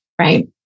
right